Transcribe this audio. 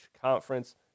conference